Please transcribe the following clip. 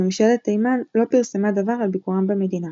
ממשלת תימן לא פרסמה דבר על ביקורם במדינה.